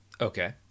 Okay